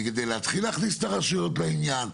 כי כדי להתחיל להכניס את הרשויות לעניין,